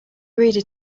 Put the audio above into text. reader